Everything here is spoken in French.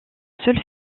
seul